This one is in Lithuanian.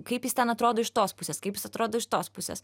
kaip jis ten atrodo iš tos pusės kaip jis atrodo iš tos pusės